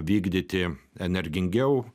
vykdyti energingiau